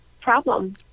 Problem